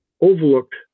overlooked